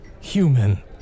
human